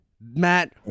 Matt